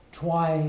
try